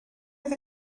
oedd